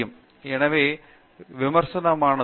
பேராசிரியர் சத்யநாராயணன் என் கும்மாடி எனவே விமர்சனமானது